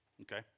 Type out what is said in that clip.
Okay